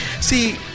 See